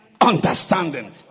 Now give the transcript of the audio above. understanding